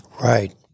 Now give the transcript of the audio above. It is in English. Right